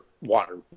water